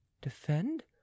Defend